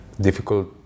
difficult